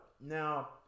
Now